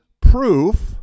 proof